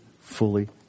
fully